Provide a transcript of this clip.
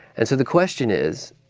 and so, the question is,